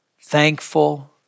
thankful